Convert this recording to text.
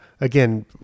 again